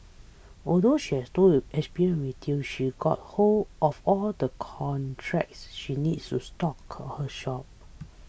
although she had no it experience in retail she got hold of all the contacts she needed to stock her her shop